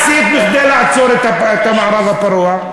מה עשית כדי לעצור את המערב הפרוע?